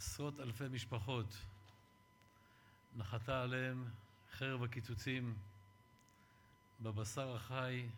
ועשרות אלפי משפחות נחתה עליהן חרב הקיצוצים בבשר החי,